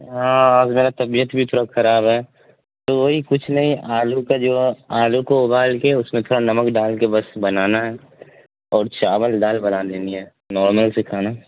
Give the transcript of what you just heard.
ہاں آج میرا طبیعت بھی تھوڑا کھراب ہے تو وہی کچھ نہیں آلو کا جو آلو کو ابال کے اس میں تھوڑا نمک ڈال کے بس بنانا ہے اور چاول دال بنا دینی ہے نارمل سی کھانا